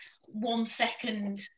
one-second